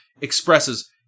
expresses